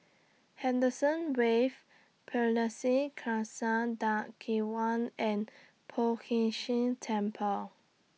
Henderson Wave Pardesi Khalsa Dharmak Diwan and Poh Ern Shih Temple